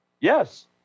Yes